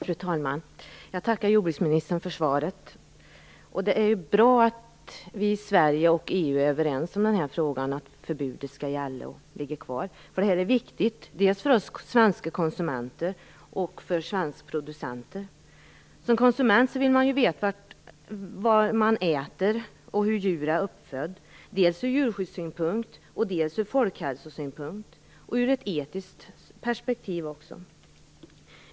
Fru talman! Jag tackar jordbruksministern för svaret. Det är bra att vi i Sverige och EU är överens i den här frågan om att förbudet skall fortsätta gälla. Det här är viktigt både för oss svenska konsumenter och för svenska producenter. Som konsument vill man ju veta vad man äter och hur djuren är uppfödda, dels från djurskyddssynpunkt, dels från folkhälsosynpunkt och dels ur ett etiskt perspektiv.